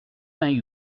vingt